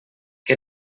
què